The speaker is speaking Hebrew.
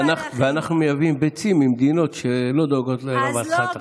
ואנחנו מייבאים ביצים ממדינות שלא דואגות לרווחת החי.